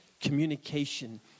communication